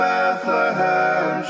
Bethlehem